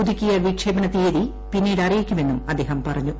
പുതു ക്കിയ വിക്ഷേപണ തീയതി പിന്നീട് അറിയിക്കുമെന്നും അദ്ദേഹം പറഞ്ഞു